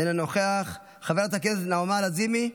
אינו נוכח, חברת הכנסת נעמה לזימי,